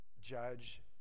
judge